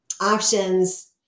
options